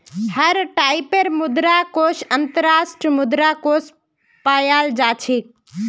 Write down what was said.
हर टाइपेर मुद्रा कोष अन्तर्राष्ट्रीय मुद्रा कोष पायाल जा छेक